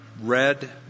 red